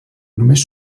només